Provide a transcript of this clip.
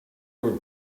were